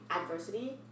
adversity